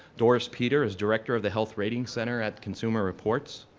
doris peter is director of the health rating center at consumer reports,